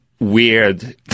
Weird